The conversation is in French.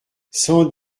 cent